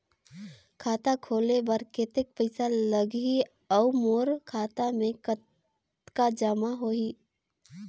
खाता खोले बर कतेक पइसा लगही? अउ मोर खाता मे कतका जमा होही?